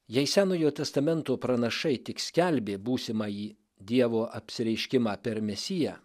jei senojo testamento pranašai tik skelbė būsimąjį dievo apsireiškimą per mesiją